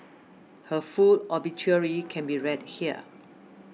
her full obituary can be read here